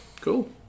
Cool